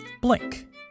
Blink